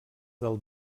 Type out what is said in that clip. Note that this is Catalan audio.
del